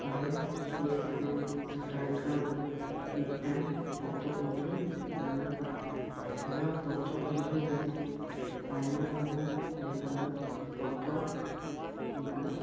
ᱟᱞᱮ ᱥᱩᱨ ᱥᱩᱯᱩᱨ ᱡᱷᱟᱲᱜᱨᱟᱢ ᱨᱮ ᱢᱤᱫᱴᱟᱝ ᱯᱚᱛᱚᱵ ᱢᱩᱨᱟᱹᱭ ᱢᱮᱱᱟᱜᱼᱟ ᱚᱱᱟ ᱯᱚᱛᱚᱵ ᱢᱩᱨᱟᱹᱭ ᱨᱮ ᱟᱭᱢᱟ ᱟᱭᱢᱟ ᱞᱮᱠᱟᱱᱟᱜ ᱯᱚᱛᱚᱵ ᱢᱮᱱᱟᱜᱼᱟ